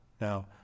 Now